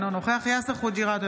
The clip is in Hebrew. אינו נוכח יאסר חוג'יראת,